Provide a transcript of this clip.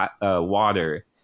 water